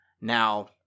Now